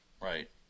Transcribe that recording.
Right